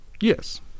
Yes